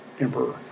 Emperor